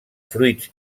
fruits